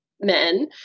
men